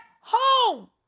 home